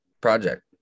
project